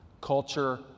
culture